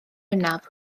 hynaf